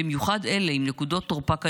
במיוחד אלה עם נקודות תורפה קיימות,